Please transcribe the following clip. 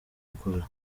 gukora